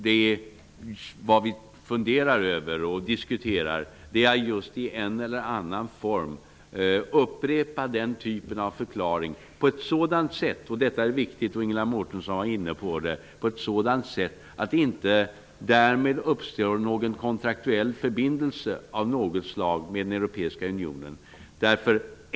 Det vi funderar över och diskuterar är just att i en eller annan form upprepa den typen av förklaring på ett sådant sätt -- detta är viktigt, och Ingela Mårtensson var inne på det -- att det inte därmed uppstår någon kontraktuell förbindelse av något slag med den europeiska unionen.